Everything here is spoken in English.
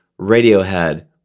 Radiohead